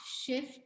shift